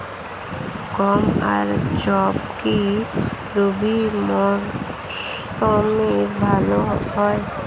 গম আর যব কি রবি মরশুমে ভালো হয়?